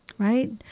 right